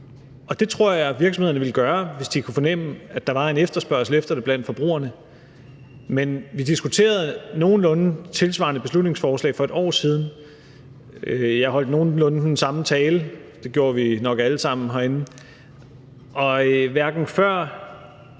Det tror jeg virksomhederne ville gøre, hvis de kunne fornemme, at der var en efterspørgsel efter det blandt forbrugerne. Men vi diskuterede et nogenlunde tilsvarende beslutningsforslag for et år siden. Jeg holdt nogenlunde den samme tale – det gjorde vi nok alle sammen herinde – og hverken før